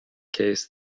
case